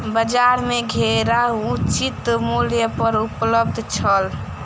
बजार में घेरा उचित मूल्य पर उपलब्ध छल